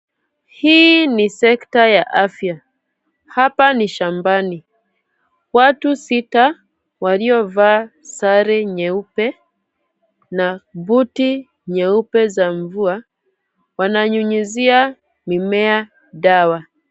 Hii ni sekta ya afya, hapa ni shambani, watu sita waliyovaa sare nyeupe na buti nyeupe za mvua, wanayunyuzia mimea dawa.